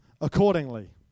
accordingly